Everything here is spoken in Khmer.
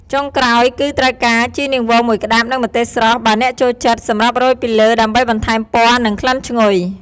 ចុងក្រោយ គឺត្រូវការ ជីនាងវងមួយក្ដាប់ និង ម្ទេសស្រស់ បើអ្នកចូលចិត្ត សម្រាប់រោយពីលើដើម្បីបន្ថែមពណ៌ និងក្លិនឈ្ងុយ។